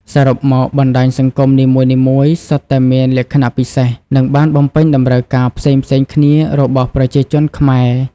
សរុបមក បណ្តាញសង្គមនីមួយៗសុទ្ធតែមានលក្ខណៈពិសេស និងបានបំពេញតម្រូវការផ្សេងៗគ្នារបស់ប្រជាជនខ្មែរ។